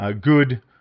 good